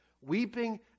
weeping